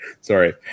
Sorry